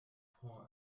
por